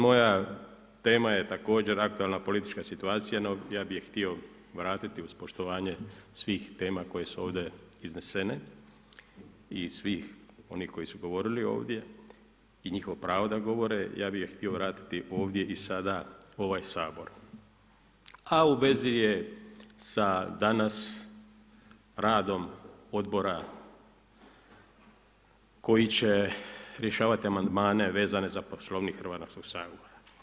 Moja tema je također aktualna politička situacija no ja bih je htio vratiti uz poštovanje svih tema koje su ovdje iznesene i svih onih koji su govorili ovdje i njihovo pravo da govore, ja bih ga htio vratiti ovdje i sada u ovaj Sabor a u vezi je sa danas radom Odbora koji će rješavati amandmane vezane za Poslovnik Hrvatskoga sabora.